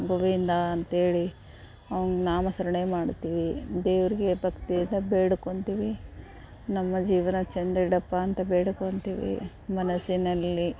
ಗೋವಿಂದ ಅಂತ್ಹೇಳಿ ಅವ್ನ ನಾಮಸ್ಮರಣೆ ಮಾಡ್ತೀವಿ ದೇವ್ರಿಗೆ ಭಕ್ತಿಯಿಂದ ಬೇಡ್ಕೊತಿವಿ ನಮ್ಮ ಜೀವನ ಚಂದ ಇಡಪ್ಪ ಅಂತ ಬೇಡ್ಕೊತಿವಿ ಮನಸ್ಸಿನಲ್ಲಿ